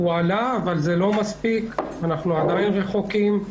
הוא עלה אבל לא מספיק, אנחנו עדיין רחוקים.